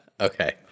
Okay